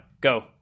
Go